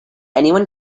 anyone